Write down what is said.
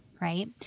right